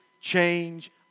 change